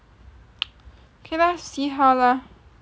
okay lah see how lah